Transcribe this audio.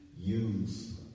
use